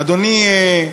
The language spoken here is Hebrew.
אדוני,